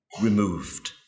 removed